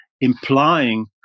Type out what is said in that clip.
implying